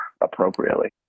appropriately